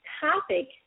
topic